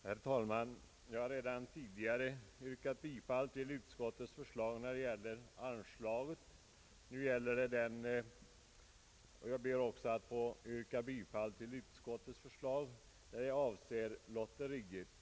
Herr talman! Jag har redan tidigare yrkat bifall till utskottets förslag när det gäller anslaget till idrottsrörelsen. Jag ber också att få yrka bifall till utskottets förslag när det gäller anordnandet av ett lotteri.